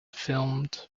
filmed